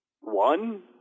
One